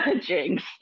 Jinx